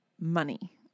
money